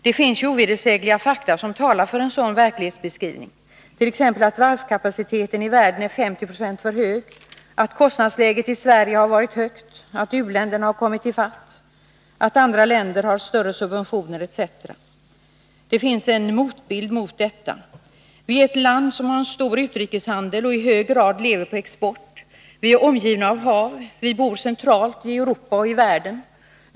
Det finns ovedersägliga fakta som talar för en sådan verklighetsbeskrivning, t.ex. att varvskapaciteten i världen är 50 26 för hög, att kostnadsläget i Sverige har varit högt, att u-länderna har kommit i fatt andra länder, att andra länder har större subventioner. Det finns emellertid en motbild. Sverige är ett land som har en omfattande utrikeshandel och som i hög grad lever på export. Vi är omgivna av hav. Vi bor centralt, både i Europa och i världen.